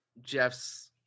Jeff's –